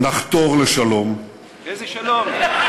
נחתור לשלום, איזה שלום?